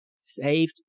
Saved